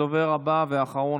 הדובר הבא והאחרון,